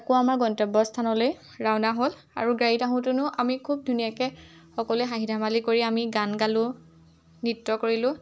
আকৌ আমাৰ গন্তব্যস্থানলৈ ৰাওনা হ'ল আৰু গাড়ীত আহোঁতেও আমি খুব ধুনীয়াকে সকলোৱে হাঁহি ধেমালি কৰি আমি গান গালোঁ নৃত্য কৰিলোঁ